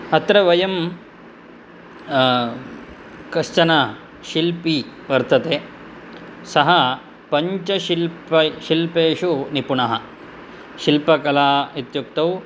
अत्र वयं कश्चन शिल्पी वर्तते सः पञ्चशिल्प शिल्पेषु निपुणः शिल्पकला इत्युक्तौ